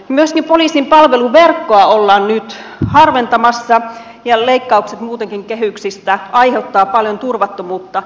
myöskin poliisin palveluverkkoa ollaan nyt harventamassa ja muutenkin leikkaukset kehyksistä aiheuttavat paljon turvattomuutta kansalaisissa